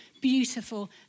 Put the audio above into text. beautiful